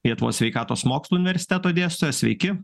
lietuvos sveikatos mokslų universiteto dėstytojas sveiki